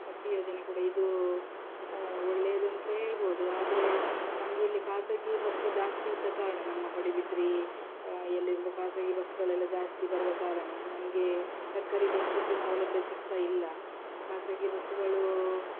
ಶಕ್ತಿ ಯೋಜನೆ ಕೂಡ ಇದು ಒಳ್ಳೇದಂತಲೇ ಹೇಳ್ಬೋದು ಆದರೆ ನಮಗೆ ಇಲ್ಲಿ ಖಾಸಗಿ ಬಸ್ ಜಾಸ್ತಿ ಇದ್ದ ಕಾರಣ ನಮ್ಮ ಪಡುಬಿದ್ರಿ ಅಲ್ಲಿರುವ ಖಾಸಗಿ ಬಸ್ಗಳೆಲ್ಲ ಜಾಸ್ತಿ ಬರುವ ಕಾರಣ ನಮಗೆ ಸರ್ಕಾರಿ ಬಸ್ಸಿನದ್ದು ಸೌಲಭ್ಯ ಸಿಗುತ್ತಾ ಇಲ್ಲ ಖಾಸಗಿ ಬಸ್ಗುಗಳು